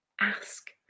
ask